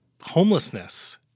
homelessness